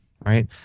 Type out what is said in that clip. right